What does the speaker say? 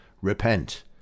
repent